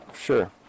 Sure